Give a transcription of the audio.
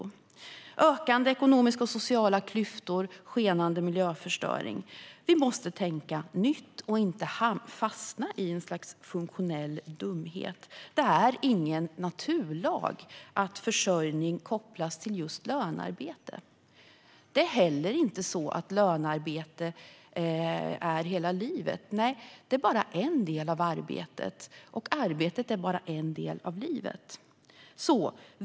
Vi har ökande sociala och ekonomiska klyftor och en skenande miljöförstöring. Därför måste vi tänka nytt och inte fastna i ett slags funktionell dumhet. Det är ingen naturlag att försörjning kopplas till just lönearbete. Det är heller inte så att lönearbete är hela livet. Lönearbete är bara en del av arbetet, och arbetet är bara en del av livet.